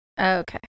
okay